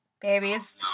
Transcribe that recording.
babies